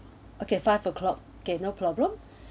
okay five o'clock can no problem